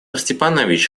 степанович